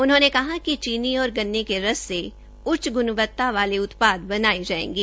उन्होंने कहा कि चीनी और गन्ने के रस से उच्च ग्णवता वाले उत्पाद बनाये जायेंगे